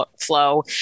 flow